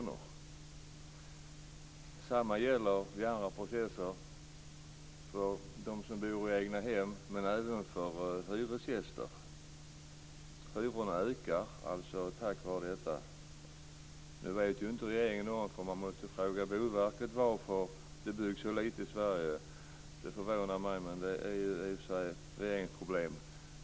Motsvarande gäller i andra processer för boende i egnahem och för hyresgäster, som får sina hyror ökade. Det förvånar mig att regeringen måste fråga Boverket varför det byggs så lite i Sverige, men det är i och för sig regeringens problem.